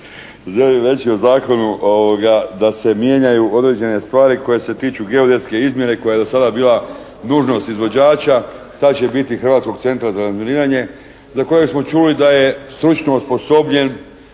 želim reći o zakonu da se mijenjaju određene stvari koje se tiču geodetske izmjere koja je do sada bila nužnost izvođača. Sad će biti Hrvatskog centra za razminiranje za kojeg smo čuli da je stručno osposobljen